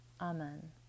Amen